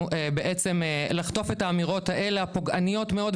בעצם לחטוף את האמירות האלה הפוגעניות מאוד,